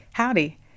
Howdy